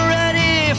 ready